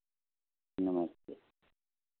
नमस्ते